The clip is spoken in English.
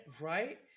right